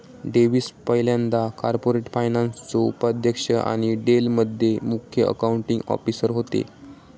Davis पयल्यांदा corporate फायनान्सचो उपाध्यक्ष आणि डेल मध्ये मुख्य अकाउंटींग ऑफिसर होते